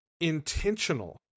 intentional